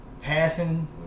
passing